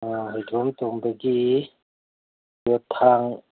ꯍꯨꯏꯗ꯭ꯔꯣꯝ ꯇꯣꯝꯕꯒꯤ ꯌꯣꯠ ꯊꯥꯡ